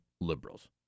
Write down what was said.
Liberals